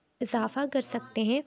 اضافہ کر سکتے ہیں